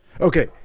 Okay